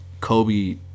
Kobe